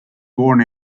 born